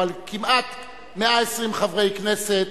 אבל כמעט 120 חברי כנסת